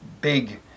big